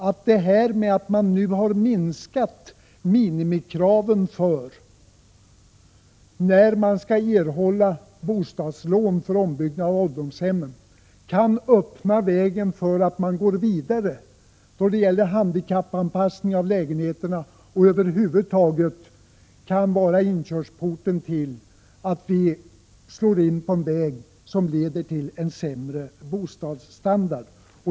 Att man nu har minskat minimikraven för erhållande av bostadslån för ombyggnad av ålderdomshem kan öppna vägen för att man går vidare då det gäller handikappanpassning av lägenheter och över huvud taget vara en inkörsport till att vi slår in på en väg som leder till en sämre bostadsstandard.